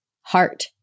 heart